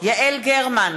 יעל גרמן,